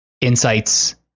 insights